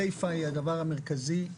הסיפה היא הדבר המרכזי.